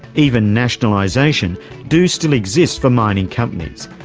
even nationalisation do still exist for mining companies,